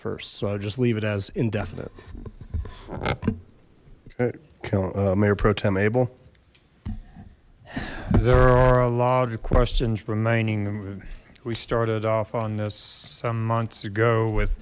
st so i'll just leave it as indefinite okay mayor pro tem abel there are a lot of questions remaining we started off on this some months ago with